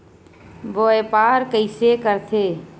व्यापार कइसे करथे?